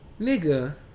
Nigga